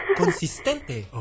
consistente